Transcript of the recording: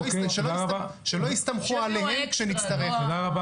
שלא יסתמכו עליהם כשנצטרך את זה.